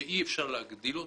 שאי אפשר להגדיל אותן,